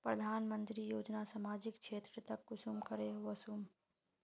प्रधानमंत्री योजना सामाजिक क्षेत्र तक कुंसम करे ले वसुम?